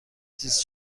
زیست